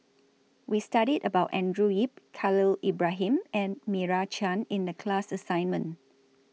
We studied about Andrew Yip Khalil Ibrahim and Meira Chand in The class assignment